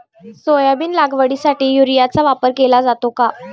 Soybean लागवडीसाठी युरियाचा वापर केला जातो का?